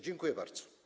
Dziękuję bardzo.